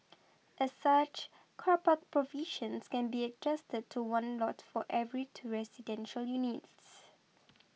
as such car park provisions can be adjusted to one lot for every two residential units